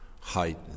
height